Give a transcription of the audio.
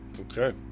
Okay